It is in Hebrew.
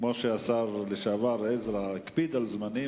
כמו שהשר לשעבר עזרא הקפיד על זמנים,